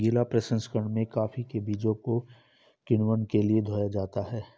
गीला प्रसंकरण में कॉफी के बीज को किण्वन के लिए धोया जाता है